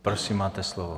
Prosím, máte slovo.